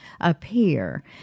appear